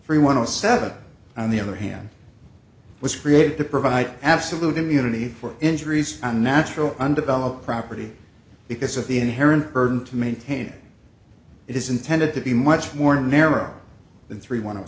free one of the seven on the other hand was created to provide absolute immunity for injuries on natural undeveloped property because of the inherent burden to maintain it is intended to be much more narrow than three one o